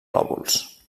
lòbuls